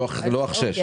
לוח שש,